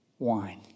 Wine